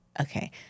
Okay